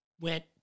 went